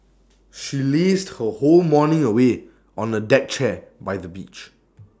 she lazed her whole morning away on A deck chair by the beach